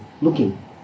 looking